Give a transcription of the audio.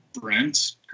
Brent